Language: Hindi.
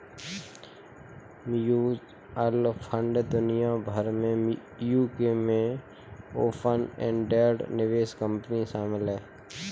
म्यूचुअल फंड दुनिया भर में यूके में ओपन एंडेड निवेश कंपनी शामिल हैं